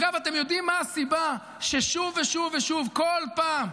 אגב, אתם יודעים מה הסיבה ששוב ושוב ושוב, כל פעם,